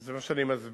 זה מה שאני מסביר.